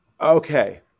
Okay